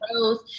growth